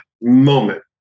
moment